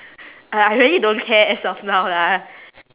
I I really don't care as of now lah